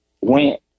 went